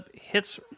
hits